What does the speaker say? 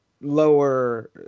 lower